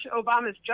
Obama's